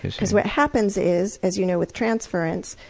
because what happens is, as you know with transference,